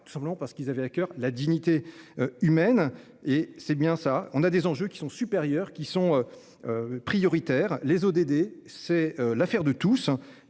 Simplement parce qu'ils avaient à coeur la dignité. Humaine et c'est bien ça, on a des enjeux qui sont supérieurs qui sont. Prioritaires, les ODD, c'est l'affaire de tous,